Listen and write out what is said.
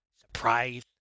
surprise